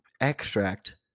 extract